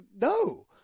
No